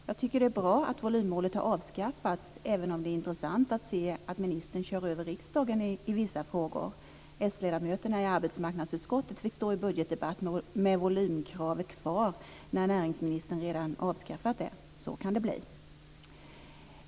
Jag tycker att det är bra att volymmålet har avskaffats, även om det är intressant att se att ministern kör över riksdagen i vissa frågor. S-ledamöterna i arbetsmarknadsutskottet fick stå i budgetdebatten med volymkravet kvar, när näringsministern redan avskaffat det. Så kan det bli.